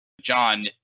john